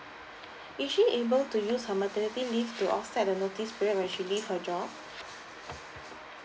is she able to use her maternity leave to offset the notice period when she leave her job